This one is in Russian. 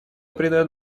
придает